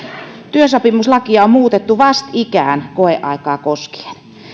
työsopimuslakia on muutettu vastikään koeaikaa koskien ja